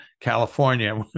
California